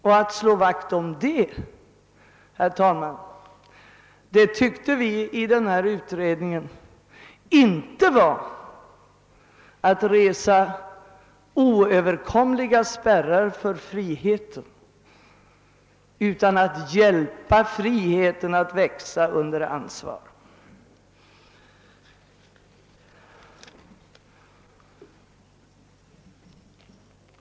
Och att slå vakt om det, herr talman, ansåg vi inom utredningen inte skulle innebära att resa oöverkomliga spärrar för friheten utan att hjälpa friheten att växa under ansvar.